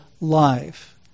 life